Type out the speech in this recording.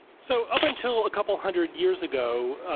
so up until a couple hundred years ago,